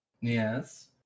Yes